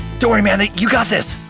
don't worry man, you got this!